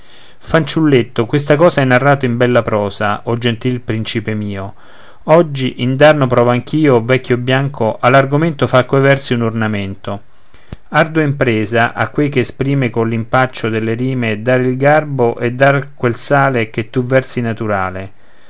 fanciulletto questa cosa hai narrato in bella prosa o gentil principe mio oggi indarno provo anch'io vecchio bianco all'argomento far coi versi un ornamento ardua impresa a quei che esprime coll'impaccio delle rime dare il garbo e dar quel sale che tu versi naturale